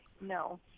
No